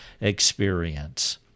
experience